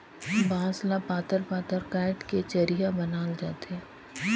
बांस ल पातर पातर काएट के चरहिया बनाल जाथे